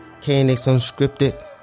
KNXUnscripted